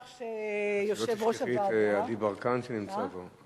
את לא תשכחי את עדי ברקן, שנמצא פה.